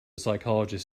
psychologist